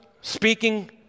speaking